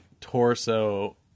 torso